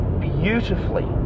beautifully